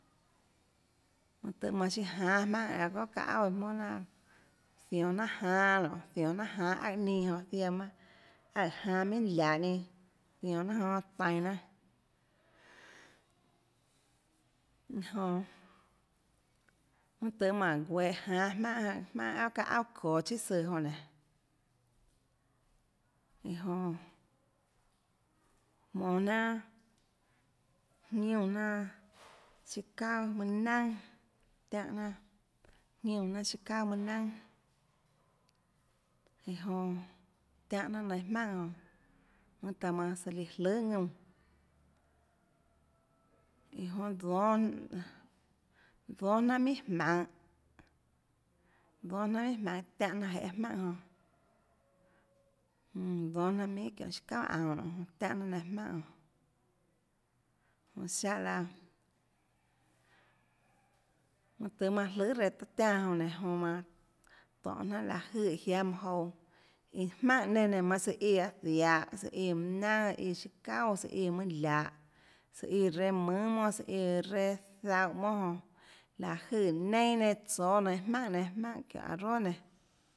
Mønâ tøhê manã siâ jánâ jmaùnhà guiohà çaâ auà iã jmónà jnanhàzionå jnanà jánâ nionê zionå jnanà jánâ aùà ninâ jonãziaã mønâ aøè jánâ minhà lahå ninâ zionå jnanà jonã tainå jnanà iã jonãmønâ tøhê mánå guehå jánâ jmaùnhà jmaùnhà guiohà çaâ auà çoå chíà søãjonã nénå iã jonã jmonåjnanàjiúnãjnanà siâ çauà mønâ naønàtiánhã jnanàjiúnãjnanà siâ çauà mønâ naønàiã jonã tiánhã jnanà nainhå jmaùnhà jonã mønâ tøhê manã søã líã jløhà ðuúnã iã jonã dónâ dónâ jnanà minhà jmaønhå dónâ jnanà minhà jmaønhå tiánhã jnanàjeê jmaùnhà jonã mm dónâ jnanà çiónhå siâ çauàaunå noonê tiánhã jnanàjmaùnhà jonã siáhã laã mønâ tøhê manã jløhà reã taã tiánã jonã nénå jonã manã tónhå jnanà láhå jøè eã jiáâ manã jouãjmaùnhà nenã manã søã íã aã ziahå søã íãmønâ naønà íã siâ çauà søã íã mønâ liahå søã íã reâ mønhà monàsøã íã reâ zaúhã monà jonã láhå jøè neinâ nenã tsóâ nainhå jmaùnhà nenã jmaùnhà çiónhå arroz nenã